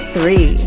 Three